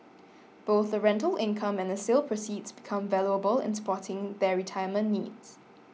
both the rental income and the sale proceeds become valuable in supporting their retirement needs